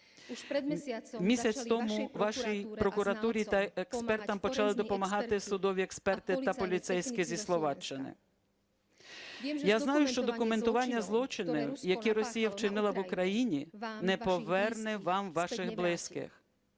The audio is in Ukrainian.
Місяць тому вашій прокуратурі та експертам почали допомагати судові експерти та поліцейські зі Словаччини. Я знаю, що документування злочинів, які Росія вчинила в Україні, не поверне вам ваших близьких,